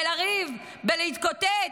בלריב, בלהתקוטט,